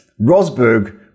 Rosberg